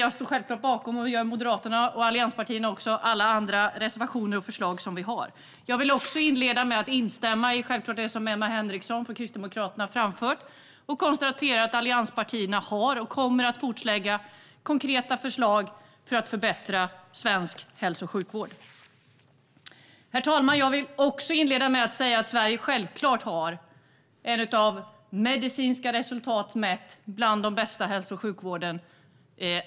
Jag står bakom alla våra reservationer, men för tids vinnande yrkar jag bifall bara till reservation 22. Jag instämmer i allt det som Emma Henriksson från Kristdemokraterna har framfört och konstaterar att allianspartierna har lagt fram och kommer att fortsätta att lägga fram konkreta förslag för att förbättra svensk hälso och sjukvård. Herr talman! När det gäller medicinska resultat har Sverige en av världens bästa hälso och sjukvård.